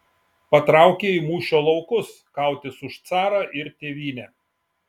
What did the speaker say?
patraukė į mūšio laukus kautis už carą ir tėvynę